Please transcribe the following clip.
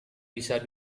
bisa